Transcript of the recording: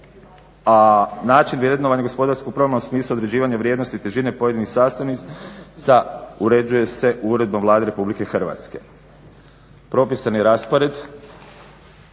a način vrednovanja gospodarskog programa u smislu određivanja vrijednosti težine pojedinih sastavnica uređuje se uredbom Vlade Republike Hrvatske. Propisan je raspored,